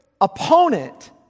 opponent